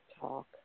talk